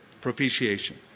Propitiation